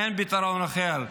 אין פתרון אחר.